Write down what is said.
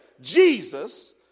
Jesus